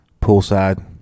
Poolside